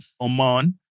Oman